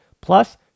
Plus